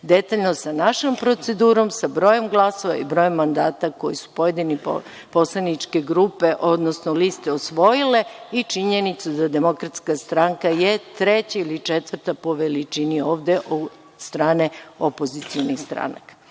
detaljno, sa našom procedurom, sa brojem glasova i brojem mandata koji su pojedine poslaničke grupe, odnosno liste osvojile i činjenicu da DS je treća ili četvrta po veličini ovde od strane opozicionih stranaka. Ja